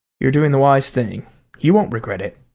you're doing the wise thing you won't regret it.